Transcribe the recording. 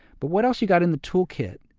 but what else you got in the tool kit,